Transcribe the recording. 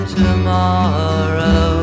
tomorrow